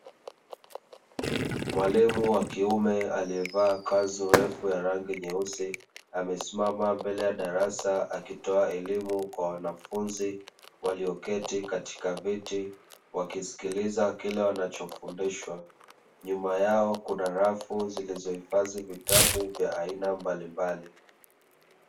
Mwalimu wa kiume aliyevaa kanzu refu ya rangi nyeusi, amesimama mbele ya darasa akitoa elimu kwa wanafunzi walioketi katika viti wakisikiliza kile wanachofundishwa, nyuma yao kuna rafu zilizohifadhi vitabu vya aina mbalimbali.